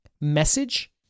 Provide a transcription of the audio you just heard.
message